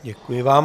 Děkuji vám.